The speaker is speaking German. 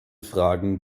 fragen